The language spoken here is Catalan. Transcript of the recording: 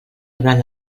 durant